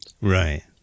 Right